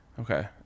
Okay